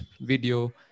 video